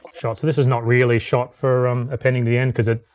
shot. so this is not really shot for um appending the end, cause it,